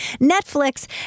Netflix